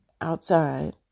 outside